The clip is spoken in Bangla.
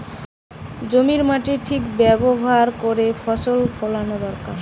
জমির মাটির ঠিক ব্যাভার কোরে ফসল ফোলানো দোরকার